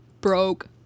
broke